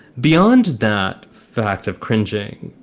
beyond that fact of cringing,